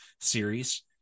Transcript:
series